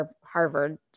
harvard